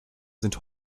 sind